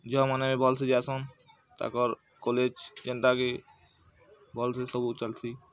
ଝିଅମାନେ ଭଲ୍ ସେ ଯାଏସନ୍ ତାଙ୍କର କଲେଜ୍ କେନ୍ତା କି ଭଲ୍ ସେ ସବୁ ଚାଲିଛି